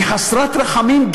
חסרת רחמים,